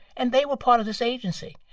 and they were part of this agency.